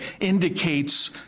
indicates